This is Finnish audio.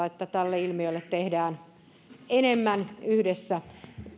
että tälle ilmiölle tehdään enemmän yhdessä